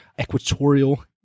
Equatorial